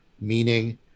meaning